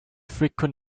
frequent